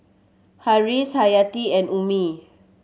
Harris Hayati and Ummi